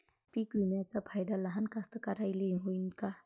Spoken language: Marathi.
पीक विम्याचा फायदा लहान कास्तकाराइले होईन का?